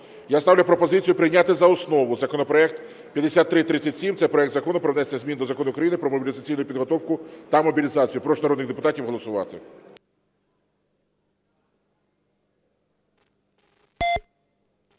Я ставлю пропозицію прийняти за основу законопроект 5337 – це проект Закону про внесення змін до Закону України "Про мобілізаційну підготовку та мобілізацію". Прошу народних депутатів голосувати.